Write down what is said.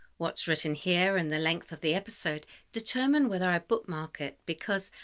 what's written here and the length of the episode determine whether i bookmark it because,